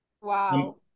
Wow